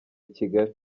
ikigali